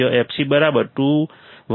જ્યાં fc 12 πRC છે